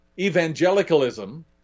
evangelicalism